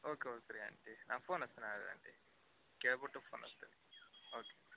okay okay ರಿ aunty ನಾ phone ಹಚ್ತೇನೆ ಏಳ್ರಿ ಆಂಟಿ ಕೇಳ್ಬಿಟ್ಟು ಫೋನ್ ಹಚ್ತೇನೆ ಓಕೆ